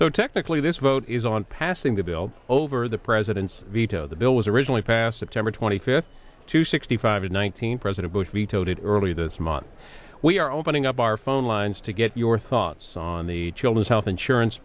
so technically this vote is on passing the bill over the president's veto the bill was originally passed september twenty fifth to sixty five one thousand president bush vetoed it earlier this month we are opening up our phone lines to get your thoughts on the children's health insurance